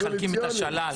מחלקים את השלל.